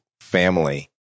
family